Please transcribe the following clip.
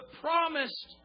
promised